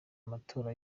amatora